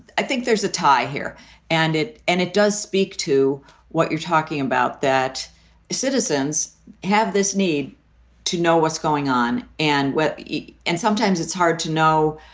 i think there's a tie here and it and it does speak to what you're talking about, that citizens have this need to know what's going on and what. and sometimes it's hard to know.